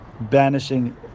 banishing